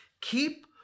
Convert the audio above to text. Keep